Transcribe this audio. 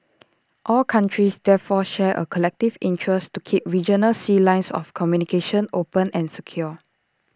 all countries therefore share A collective interest to keep regional sea lines of communication open and secure